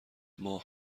ماه